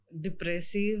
depressive